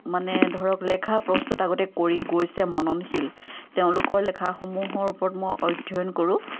মানে ধৰক লেখা প্ৰস্তুত আগতে কৰি গৈছে মননশীল তেওঁলোকৰ লিখাসমূহৰ ওপৰত মই অধ্যয়ন কৰোঁ